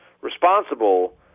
responsible